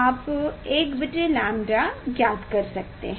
आप 1 बटे लैम्ब्डा ज्ञात कर सकते हैं